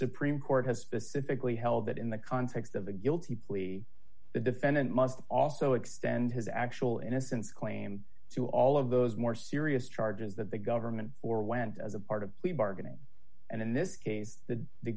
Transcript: supreme court has specifically held that in the context of the guilty plea the defendant must also extend his actual innocence claim to all of those more serious charges that the government or went as a part of plea bargaining and in this case the the